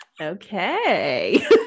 Okay